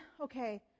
okay